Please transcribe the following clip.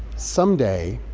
someday,